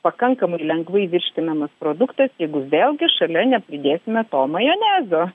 pakankamai lengvai virškinamas produktas jeigu vėlgi šalia nepridėsime to majonezo